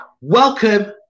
welcome